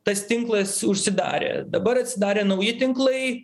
tas tinklas užsidarė dabar atsidarė nauji tinklai